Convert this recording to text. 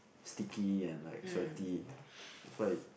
sticky and like sweaty that's why